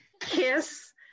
Kiss